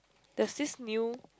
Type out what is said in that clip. there's this new